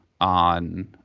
on